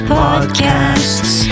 podcasts